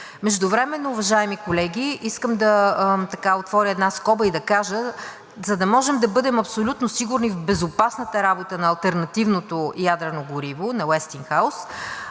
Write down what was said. Междувременно, уважаеми колеги, искам да отворя една скоба и да кажа: за да можем да бъдем абсолютно сигурни в безопасната работа на алтернативното ядрено гориво на „Уестингхаус“,